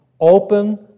open